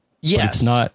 Yes